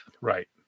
Right